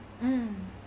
mm